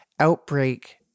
outbreak